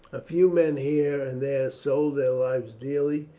a few men here and there sold their lives dearly,